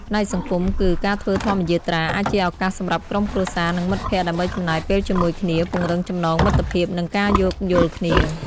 ផ្នែកសង្គមគឺ ការធ្វើធម្មយាត្រាអាចជាឱកាសសម្រាប់ក្រុមគ្រួសារ និងមិត្តភក្តិ ដើម្បីចំណាយពេលជាមួយគ្នា ពង្រឹងចំណងមិត្តភាព និងការយោគយល់គ្នា។